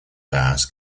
pass